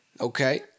Okay